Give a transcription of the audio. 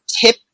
tip